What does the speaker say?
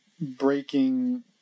breaking